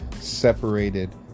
separated